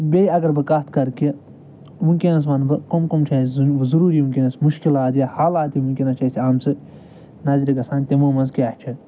بیٚیہِ اَگر بہٕ کَتھ کَرٕ کہِ وٕنۍکٮ۪نَس وَنہٕ بہٕ کَم کَم چھِ اَسہِ ضٔروٗری وٕنۍکٮ۪نَس مُشکِلات یا حالات یِم وٕنۍکٮ۪نَس چھِ اَسہِ آمژٕ نَظرِ گژھان تِمَو منٛز کیٛاہ چھِ